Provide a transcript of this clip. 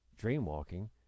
dream-walking